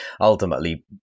ultimately